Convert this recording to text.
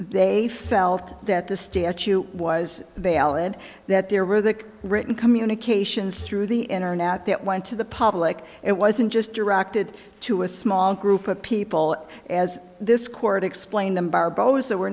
they felt that the statute was they alledged that there were the written communications through the internet that went to the public it wasn't just directed to a small group of people as this court explained them barbosa we're